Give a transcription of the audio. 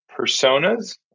personas